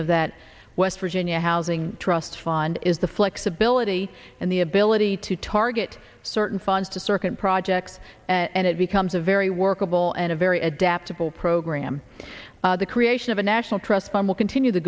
of that west virginia housing trust fund is the flexibility and the ability to target certain funds to certain projects and it becomes a very workable and a very adaptable program the creation of a national trust fund will continue the